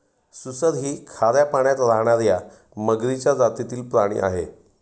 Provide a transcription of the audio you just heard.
सुसर ही खाऱ्या पाण्यात राहणार्या मगरीच्या जातीतील प्राणी आहे